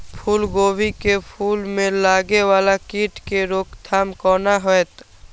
फुल गोभी के फुल में लागे वाला कीट के रोकथाम कौना हैत?